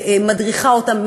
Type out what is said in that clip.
שמדריכה אותם,